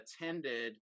attended